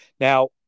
Now